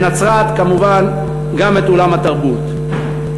בנצרת כמובן גם את אולם התרבות.